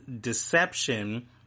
deception